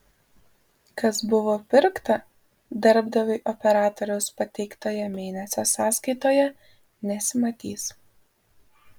kas buvo pirkta darbdaviui operatoriaus pateiktoje mėnesio sąskaitoje nesimatys